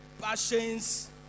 passions